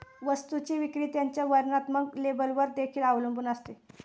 वस्तूची विक्री त्याच्या वर्णात्मक लेबलवर देखील अवलंबून असते